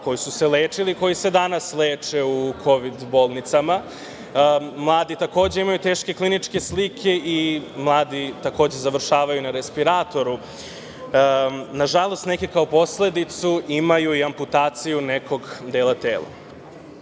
koji su se lečili i koji se danas leče u kovid bolnicama. Mladi takođe imaju teške kliničke slike i mladi takođe završavaju na respiratoru. Nažalost, neki kao posledicu imaju i amputaciju nekog dela tela.